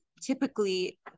typically